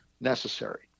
necessary